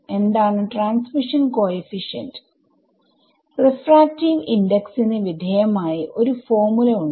എന്താണ് transmission coefficient refractive index ന് വിധേയമായി ഒരു ഫോർമുല ഉണ്ട്